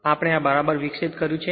આ આપણે બરાબર વિકાસ કર્યું છે